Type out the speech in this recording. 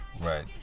Right